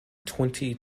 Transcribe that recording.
twenty